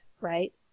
right